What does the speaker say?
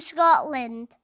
Scotland